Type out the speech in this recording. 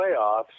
playoffs